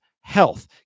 health